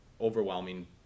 overwhelming